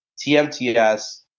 TMTS